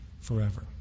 forever